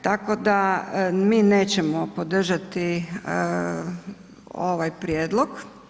Tako da, mi nećemo podržati ovaj prijedlog.